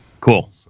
Cool